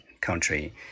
country